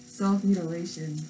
self-mutilation